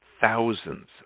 thousands